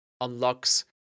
unlocks